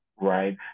right